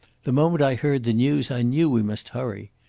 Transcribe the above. the moment i heard the news i knew we must hurry.